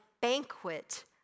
banquet